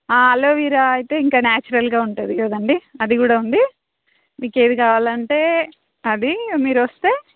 aloe vera అయితే ఇంకా న్యాచురల్గా ఉంటుంది కదండి అది కూడా ఉంది మీకు ఏది కావాలంటే అది మీరు వస్తే